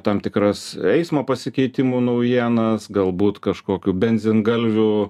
tam tikras eismo pasikeitimų naujienas galbūt kažkokių bendzingalvių